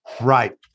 Right